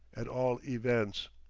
at all events.